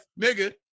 nigga